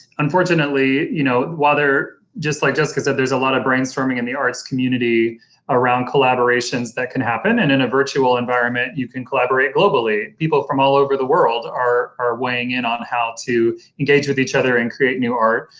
unfortunately you know, whether, just like jessica said there's a lot of brainstorming in the arts community around collaborations that can happen, and in a virtual environment you can collaborate globally. people from all over the world are are weighing in on how to engage with each other and create new art,